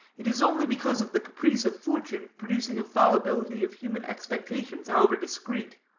it is only because of the caprice of fortune producing a fallibility of human expectations, however discreet